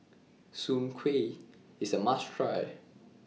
Soon Kway IS A must Try